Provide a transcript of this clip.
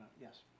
yes